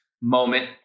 moment